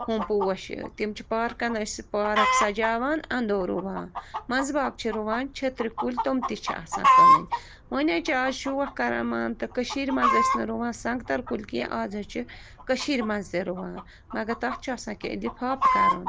ہُم پوش تِم چھِ پارکن أسۍ پارک سَجاوان اَنٛدو رُوان منٛزٕ باغ چھِ رُوان چھٔترٕ کُلۍ تِم تہِ چھِ آسان کٕنٕنۍ وَنہِ حظ چھِ آز شوق کَران مان تہٕ کٔشیٖرِ منٛز أسۍ نہٕ رُوان سنٛگتر کُلۍ کیٚنٛہہ آز حظ چھِ کٔشیٖرِ منٛز تہِ رُوان مگر تَتھ چھُ آسان کیٚنٛہہ لِفاپہٕ کَرُن